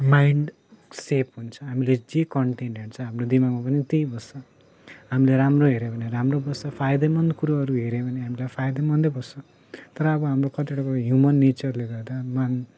mind shape हुन्छ हामीले जे कन्टेन्ट हेर्छ हाम्रो दिमागमा पनि त्यही बस्छ हामिले राम्रो हेऱ्यो भने राम्रै बस्छ फाइदामन कुरोहरू हेऱ्यो भने हामीलाई फाइदेमन नै बस्छ तर अब हाम्रो कतिवटा कुरो ह्युमन नेचरले गर्दा मान